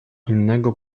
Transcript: innego